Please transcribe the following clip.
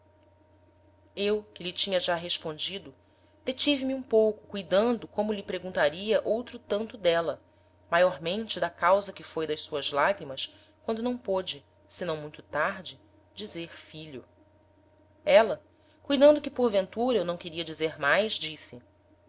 eu que lhe tinha já respondido detive me um pouco cuidando como lhe preguntaria outro tanto d'éla maiormente da causa que foi das suas lagrimas quando não pôde senão muito tarde dizer filho éla cuidando que porventura eu não queria dizer mais disse